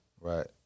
right